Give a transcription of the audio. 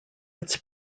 its